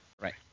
right